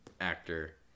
actor